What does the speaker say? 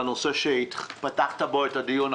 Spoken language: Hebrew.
לגבי הנושא שאיתו פתחת את הדיון,